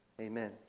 Amen